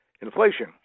inflation